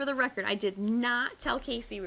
for the record i did not tell casey